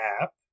app